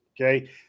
Okay